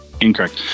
incorrect